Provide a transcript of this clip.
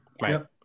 Right